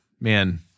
man